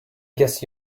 guess